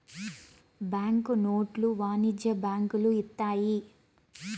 bank నోట్లు వాణిజ్య బ్యాంకులు ఇత్తాయి